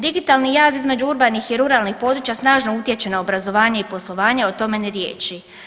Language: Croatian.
Digitalni jaz između urbanih i ruralnih područja snažno utječe na obrazovanje i poslovanje, o tome ni riječi.